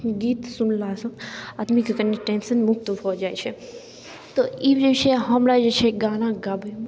गीत सुनलासँ आदमीके कनी टेन्शन मुक्त भऽ जाइत छै तऽ ई जे छै हमरा जे छै गाना गाबैमे